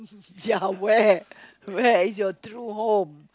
ya where where is your true home